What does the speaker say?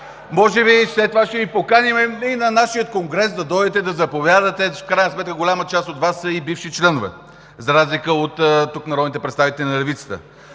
Може би след това ще Ви поканим и на нашия конгрес – да дойдете, да заповядате. В крайна сметка голяма част от Вас са и бивши членове, за разлика от народните представители тук на левицата.